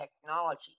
technology